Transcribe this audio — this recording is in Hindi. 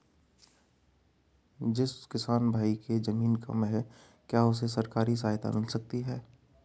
जिस किसान भाई के ज़मीन कम है क्या उसे सरकारी सहायता मिल सकती है?